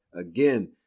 again